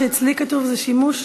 הראשונה שאצלי כתוב זה שימוש